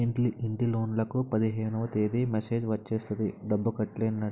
ఇంటిలోన్లకు పదిహేనవ తేదీ మెసేజ్ వచ్చేస్తది డబ్బు కట్టైనట్టు